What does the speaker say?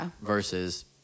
versus